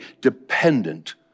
dependent